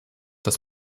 das